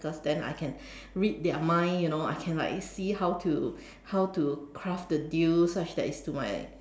cause then I can read their mind you know I can like see how to how to close the deal such that it's to my